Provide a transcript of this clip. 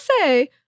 say